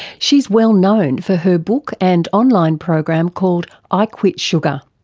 she's well known for her book and online program called i quit sugar.